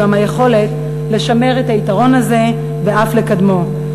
גם היכולת לשמר את היתרון הזה ואף לקדמו.